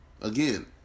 Again